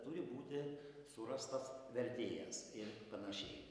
turi būti surastas vertėjas ir panašiai